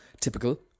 Typical